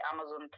Amazon